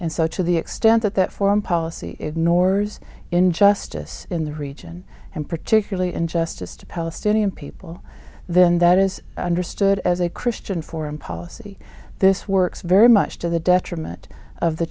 and such to the extent that that foreign policy ignores injustice in the region and particularly injustice to palestinian people then that is understood as a christian foreign policy this works very much to the detriment of the